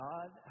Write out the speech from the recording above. God